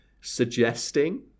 suggesting